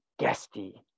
guesty